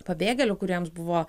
pabėgėlių kuriems buvo